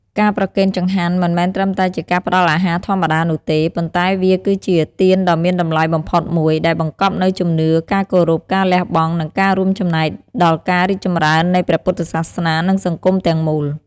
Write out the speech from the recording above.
ការប្រគេនចង្ហាន់មិនមែនត្រឹមតែជាការផ្តល់អាហារធម្មតានោះទេ ប៉ុន្តែវាគឺជា ទានដ៏មានតម្លៃបំផុតមួយ ដែលបង្កប់នូវជំនឿ ការគោរព ការលះបង់ និងការរួមចំណែកដល់ការរីកចម្រើននៃព្រះពុទ្ធសាសនា និងសង្គមទាំងមូល។